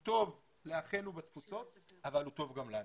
הוא טוב לאחינו בתפוצות, אבל הוא טוב גם לנו.